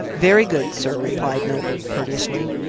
very good, sir, replied milburgh courteously.